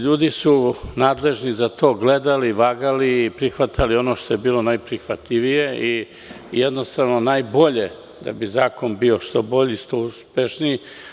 Ljudi su nadležni za to gledali, vagali i prihvatali ono što je bilo najprihvatljivije i najbolje da bi zakon bio što bolji, uspešniji.